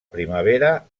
primavera